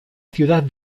ciudad